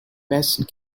paste